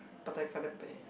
Patek-Philippe